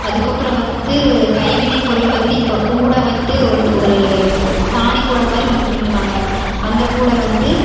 அதுக்கப்புறம் வந்து கைவினைப் பொருள் வந்து இப்போ கூடை வந்து ஒன் ஒரு சாணிக் கூடை மாதிரி ஒன்று பின்னுவாங்க அந்தக் கூடை வந்து